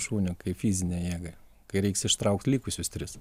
šunio kaip fizinę jėgą kai reiks ištraukt likusius tris